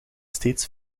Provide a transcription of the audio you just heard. steeds